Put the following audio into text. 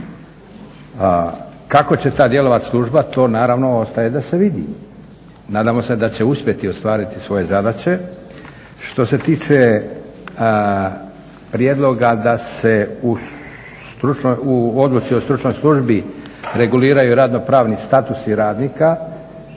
Kako će ta djelovat služba to naravno ostaje da se vidi. Nadamo se da će uspjeti ostvariti svoje zadaće. Što se tiče prijedloga da se u odluci o stručnoj službi reguliraju i radno pravni statusi radnika